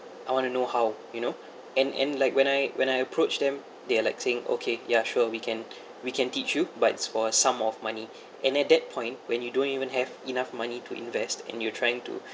I want to know how you know and and like when I when I approach them they are like saying okay ya sure we can we can teach you but is for a sum of money and at that point when you don't even have enough money to invest and you're trying to